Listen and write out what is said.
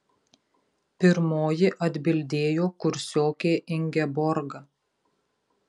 pirmoji atbildėjo kursiokė ingeborga